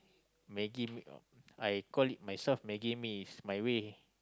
Maggie-mee I call it myself maggie-mee it's my way